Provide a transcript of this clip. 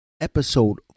Episode